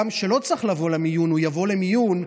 גם כשלא צריך לבוא למיון, הוא יבוא למיון.